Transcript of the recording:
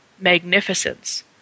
magnificence